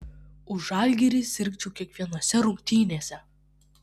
už žalgirį sirgčiau kiekvienose rungtynėse